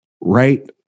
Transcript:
right